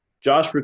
Josh